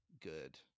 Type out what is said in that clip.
good